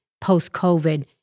post-COVID